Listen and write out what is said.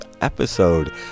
episode